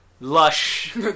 Lush